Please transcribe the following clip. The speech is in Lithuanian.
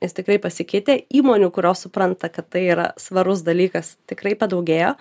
jis tikrai pasikeitė įmonių kurios supranta kad tai yra svarus dalykas tikrai padaugėjo